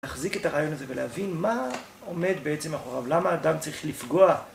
להחזיק את הרעיון הזה, ולהבין מה עומד בעצם מאחוריו. למה אדם צריך לפגוע?